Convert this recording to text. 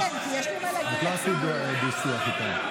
ארבעה חודשים נשיא ארצות הברית לא מזמין את ראש ממשלת ישראל.